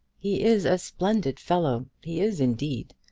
he is a splendid fellow he is indeed.